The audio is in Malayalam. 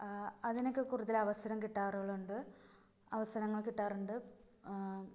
അതിനൊക്കെ കൂടുതലവസരം കിട്ടാറുകളുണ്ട് അവസരങ്ങൾ കിട്ടാറുണ്ട്